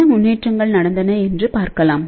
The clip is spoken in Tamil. என்ன முன்னேற்றங்கள் நடந்தன என்று பார்க்கலாம்